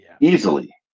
Easily